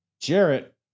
Jarrett